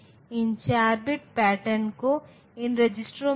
तो अगर यह XOR गेट है तो हम यहां एक बबल लेते हैं इसलिए यह XNOR गेट है